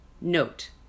note